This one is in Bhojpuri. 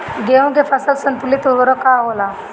गेहूं के फसल संतुलित उर्वरक का होला?